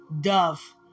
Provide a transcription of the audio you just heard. dove